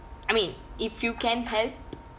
I mean if you can help